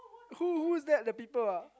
who who is that the people ah